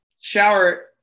shower